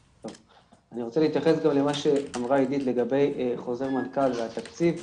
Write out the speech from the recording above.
אני רוצה להתייחס גם למה שאמרה עידית לגבי חוזר מנכ"ל והתקציב.